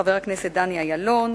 חבר הכנסת דני אילון,